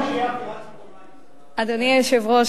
אדוני היושב-ראש,